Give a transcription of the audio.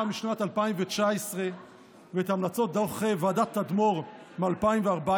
משנת 2019 ואת המלצות דוח ועדת תדמור מ-2014,